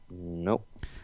Nope